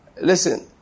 Listen